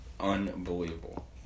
Unbelievable